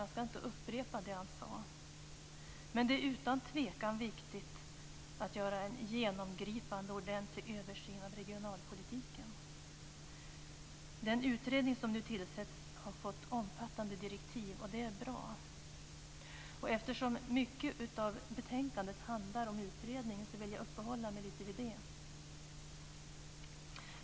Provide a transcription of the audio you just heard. Jag skall inte upprepa det han sade, men det är utan tvekan viktigt att göra en genomgripande, ordentlig översyn av regionalpolitiken. Den utredning som nu tillsätts har fått omfattande direktiv, och det är bra. Eftersom en stor del av betänkandet handlar om utredningen vill jag uppehålla mig lite vid den.